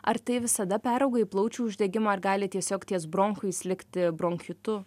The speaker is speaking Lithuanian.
ar tai visada perauga į plaučių uždegimą ar gali tiesiog ties bronchais likti bronchitu